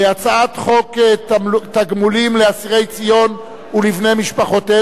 הצעת חוק תגמולים לאסירי ציון ולבני-משפחותיהם (תיקון מס' 6),